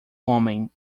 homem